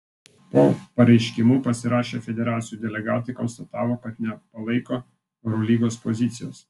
po pareiškimu pasirašę federacijų delegatai konstatavo kad nepalaiko eurolygos pozicijos